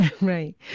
Right